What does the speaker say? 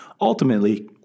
Ultimately